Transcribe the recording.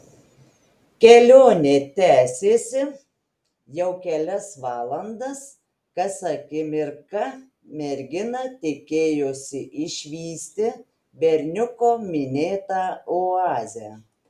kelionė tęsėsi jau kelias valandas kas akimirką mergina tikėjosi išvysti berniuko minėtą oazę